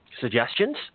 suggestions